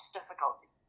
difficulty